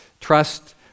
trust